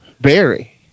Barry